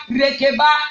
rekeba